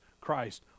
Christ